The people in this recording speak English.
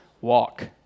walk